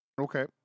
Okay